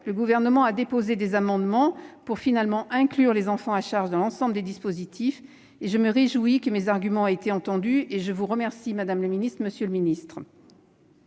a finalement déposé des amendements visant à inclure les enfants à charge dans l'ensemble des dispositifs ; je me réjouis que mes arguments aient été entendus et je vous remercie, madame la ministre, monsieur le secrétaire